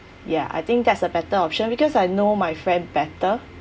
ya I think that's a better option because I know my friend better